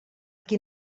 qui